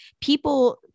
people